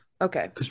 Okay